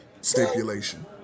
stipulation